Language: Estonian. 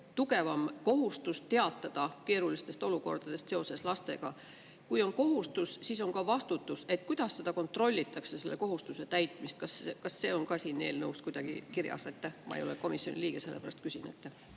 suurem kohustus teatada keerulistest olukordadest seoses lastega. Kui on kohustus, siis on ka vastutus. Kuidas kontrollitakse selle kohustuse täitmist? Kas see on ka siin eelnõus kuidagi kirjas? Ma ei ole komisjoni liige, sellepärast küsin.